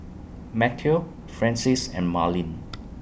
Matteo Francis and Marlin